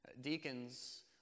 Deacons